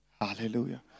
Hallelujah